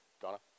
Donna